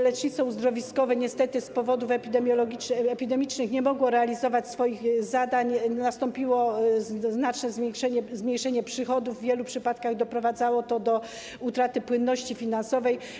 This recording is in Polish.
Lecznictwo uzdrowiskowe niestety z powodów epidemicznych nie mogło realizować swoich zadań, nastąpiło znaczne zmniejszenie przychodów, w wielu przypadkach doprowadzało to do utraty płynności finansowej.